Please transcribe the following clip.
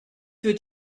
für